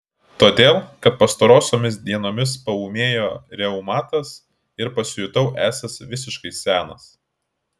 todėl kad pastarosiomis dienomis paūmėjo reumatas ir pasijutau esąs visiškai senas